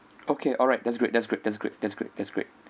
okay alright that's great that's great that's great that's great that's great